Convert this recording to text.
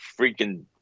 freaking